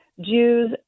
Jews